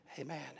Amen